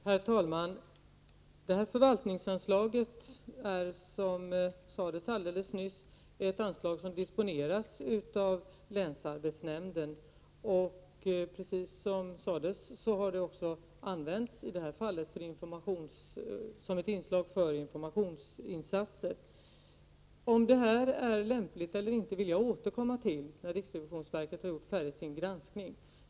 Herr talman! Detta förvaltningsanslag är, som alldeles nyss sades, ett anslag som disponeras av länsarbetsnämnden. Det har i det här fallet använts för informationsinsatser. Om detta är lämpligt eller inte vill jag återkomma till när riksrevisionsverket har gjort sin granskning.